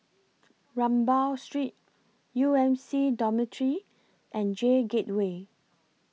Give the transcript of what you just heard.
Rambau Street U M C Dormitory and J Gateway